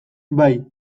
bai